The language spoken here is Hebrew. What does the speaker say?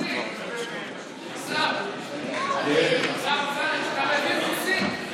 השר אמסלם, אתה מבין רוסית?